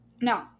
No